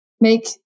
make